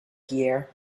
gear